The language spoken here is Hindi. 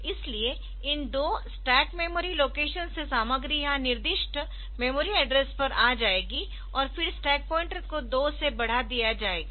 इसलिए इन दो स्टैक मेमोरी लोकेशंस से सामग्री यहां निर्दिष्ट मेमोरी एड्रेस पर आ जाएगी और फिर स्टैक पॉइंटर को 2 से बढ़ा दिया जाएगा